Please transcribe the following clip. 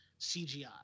CGI